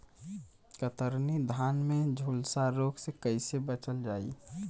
कतरनी धान में झुलसा रोग से कइसे बचल जाई?